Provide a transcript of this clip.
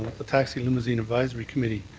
the taxi limousine advisory committee,